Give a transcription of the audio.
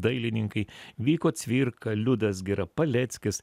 dailininkai vyko cvirka liudas gira paleckis